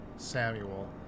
Samuel